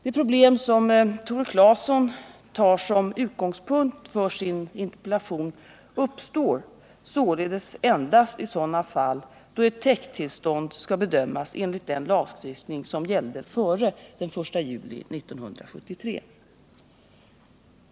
Det problem som Tore Claeson tar som utgångspunkt för sin interpellation uppstår således endast i sådana fall då ett täkttillstånd skall bedömas enligt den lagstiftning som gällde före den 1 juli 1973.